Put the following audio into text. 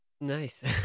Nice